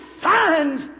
signs